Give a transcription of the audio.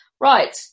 Right